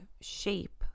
shape